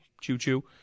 choo-choo